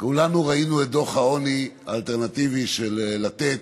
כולנו ראינו את דוח העוני האלטרנטיבי של לתת